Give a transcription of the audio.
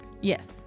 Yes